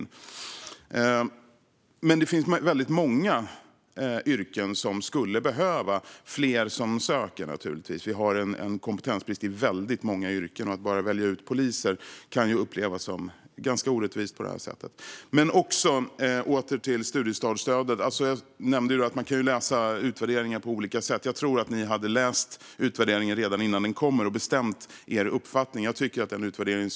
Det finns naturligtvis väldigt många yrken där det råder kompetensbrist och där det skulle behövas fler som söker. Att bara välja ut poliser på det här sättet kan upplevas som ganska orättvist. Åter till studiestartsstödet! Jag nämnde att man kan läsa utvärderingar på olika sätt. Jag tror att ni hade läst utvärderingen och bestämt er uppfattning redan innan den kom.